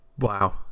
wow